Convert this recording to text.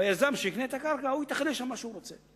והיזם שיקנה את הקרקע יתכנן שם מה שהוא רוצה.